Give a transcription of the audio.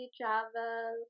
travel